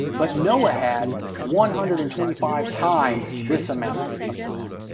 but noah had one hundred and twenty five times this amount of time,